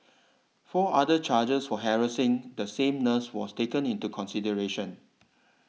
four other charges for harassing the same nurse was taken into consideration